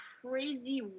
crazy